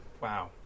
Wow